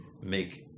make